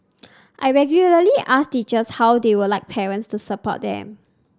I regularly ask teachers how they would like parents to support them